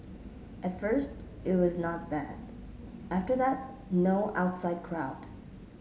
at first it was not bad after that no outside crowd